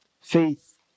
Faith